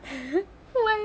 why